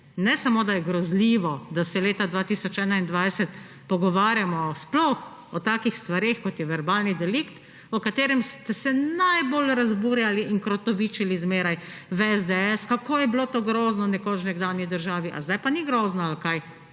ne samo, da je grozljivo, da se leta 2021 pogovarjamo sploh o takih stvareh, kot je verbalni delikt, o katerem ste se najbolj razburjali in krotovičili zmeraj v SDS, kako je bilo to grozno nekoč v nekdanji državi. A zdaj pa ni grozno ali kaj?